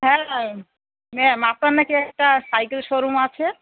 হ্যাঁ ম্যাম আপনার না কি একটা সাইকেল শোরুম আছে